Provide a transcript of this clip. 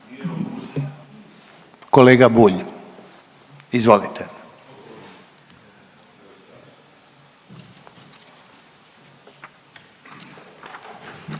kolega Karlić, izvolite.